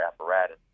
apparatus